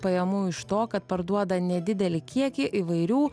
pajamų iš to kad parduoda nedidelį kiekį įvairių